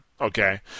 Okay